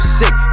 sick